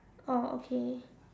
oh okay